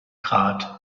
grat